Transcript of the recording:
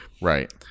Right